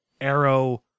Arrow